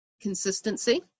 consistency